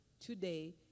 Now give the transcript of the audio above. today